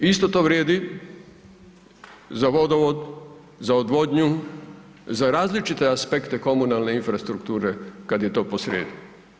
Isto to vrijedi za vodovod, za odvodnju, za različite aspekte komunalne infrastrukture kad je to posrijedi.